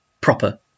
proper